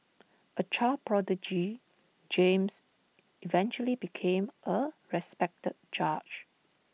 A child prodigy James eventually became A respected judge